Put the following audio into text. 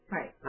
Right